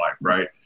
right